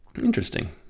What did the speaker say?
Interesting